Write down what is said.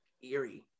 eerie